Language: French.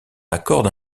accorde